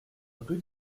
rue